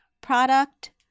Product